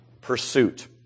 pursuit